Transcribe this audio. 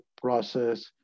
process